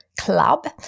club